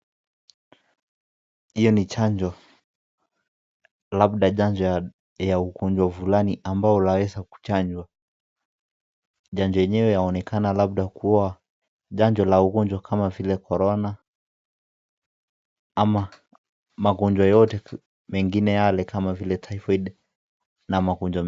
Hiyo ni chanjo, labda chanjo ya ugonjwa fulani ambao unaweza kuchanjwa. Chanjo yenyewe yaonekana labda kuwa chanjo la ugonjwa kama vile Corona ama magonjwa yoyote mengine yale kama vile typhoid na magonjwa .